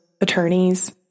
attorneys